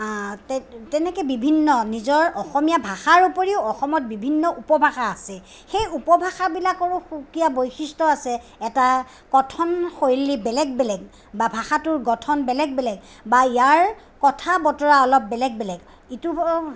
তে তেনেকে বিভিন্ন নিজৰ অসমীয়া ভাষাৰ উপৰিও অসমত বিভিন্ন উপভাষা আছে সেই উপভাষাবিলাকৰো সুকীয়া বৈশিষ্ট্য আছে এটা কথনশৈলী বেলেগ বেলেগ বা ভাষাটোৰ গঠন বেলেগ বেলেগ বা ইয়াৰ কথা বতৰা অলপ বেলেগ বেলগ ইটো